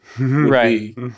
right